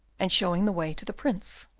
and showing the way to the prince.